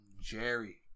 Jerry